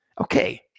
Okay